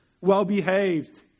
well-behaved